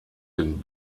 den